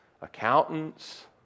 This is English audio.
accountants